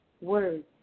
words